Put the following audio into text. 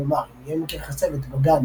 כלומר - אם יהיה מקרה חצבת בגן